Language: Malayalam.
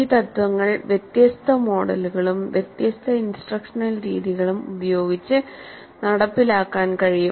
ഈ തത്വങ്ങൾ വ്യത്യസ്ത മോഡലുകളും വ്യത്യസ്ത ഇൻസ്ട്രക്ഷണൽ രീതികളും ഉപയോഗിച്ച് നടപ്പിലാക്കാൻ കഴിയും